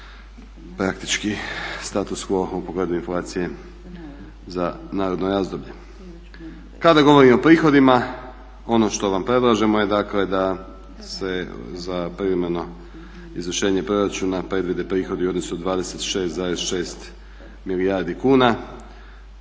praktički status quo u pogledu inflacije za naredno razdoblje. Kada govorim o prihodima ono što vam predlažemo je dakle da se za privremeno izvršenje proračuna predvide prihodi u iznosu od 26,6 milijardi kuna.